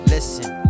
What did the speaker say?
Listen